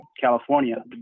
California